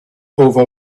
over